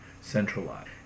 Centralized